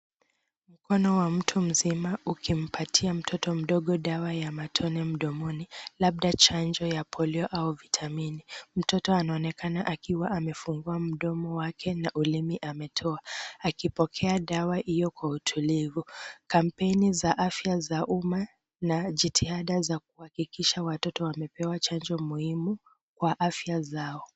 Mkono wa mtu mzima ukimpatia mtoto mdogo dawa ya matone mdomoni, labda chanjo ya polio au vitamini. Mtoto anaonekana akiwa amefungua mdomo wake na ulimi ametoa akipokea dawa hio kwa utulivu. Kampeni za afya za umma na jitihada za kuhakikisha watoto wamepewa chanjo muhimu kwa afya zao.